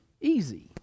easy